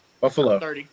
Buffalo